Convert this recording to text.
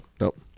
Nope